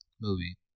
movie